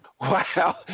Wow